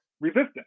resistant